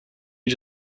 you